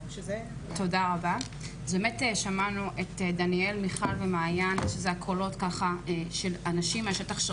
אז שמענו את הקולות של הנשים בשטח,